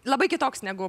labai kitoks negu